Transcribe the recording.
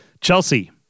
Chelsea